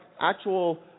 actual